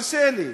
הרשה לי: